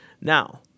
Now